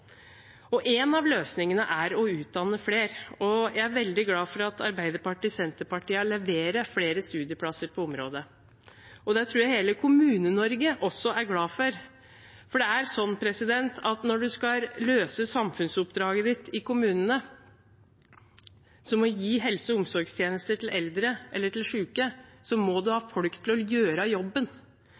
En av løsningene er å utdanne flere. Jeg er veldig glad for at Arbeiderpartiet og Senterpartiet vil levere flere studieplasser på området. Det tror jeg hele Kommune-Norge også er glad for, for når man skal løse samfunnsoppdraget sitt i kommunene, som å gi helse- og omsorgstjenester til eldre eller til syke, må man ha folk til å gjøre jobben.